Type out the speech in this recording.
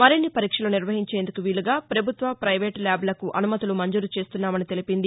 మరిన్ని పరీక్షలు నిర్వహించేందుకు వీలుగా ప్రభుత్వ పైవేటు ల్యాబులకు అనుమతులు మంజూరు చేస్తున్నామని తెలిపింది